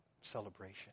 celebration